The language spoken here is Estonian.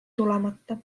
tulemata